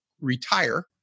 retire